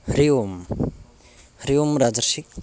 हरिः ओम् हरिः ओम् राजर्षि